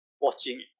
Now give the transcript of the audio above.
watching